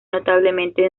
notablemente